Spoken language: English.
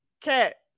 cat